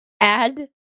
Add